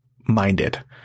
minded